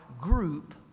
group